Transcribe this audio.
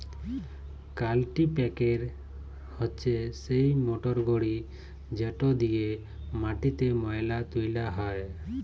কাল্টিপ্যাকের হছে সেই মটরগড়ি যেট দিঁয়ে মাটিতে ময়লা তুলা হ্যয়